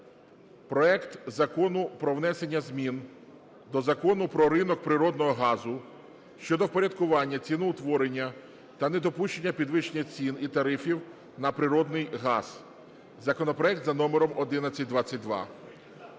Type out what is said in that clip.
проект Закону про внесення змін до Закону України "Про ринок природного газу" щодо впорядкування ціноутворення та недопущення підвищення цін і тарифів на природний газ (законопроект за номером 1122).